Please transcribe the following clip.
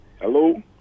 Hello